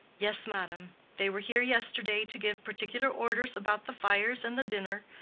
yes, madam they were here yesterday to give particular orders about the fires and the dinner.